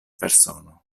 persono